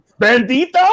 bandito